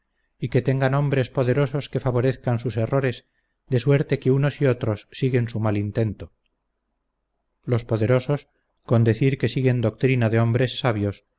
y que tengan hombres poderosos que favorezcan sus errores de suerte que unos y otros siguen su mal intento los poderosos con decir que siguen doctrina de hombres sabios